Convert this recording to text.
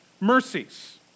mercies